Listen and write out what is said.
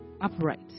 upright